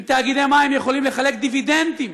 אם תאגידי מים יכולים לחלק דיבידנדים